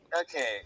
Okay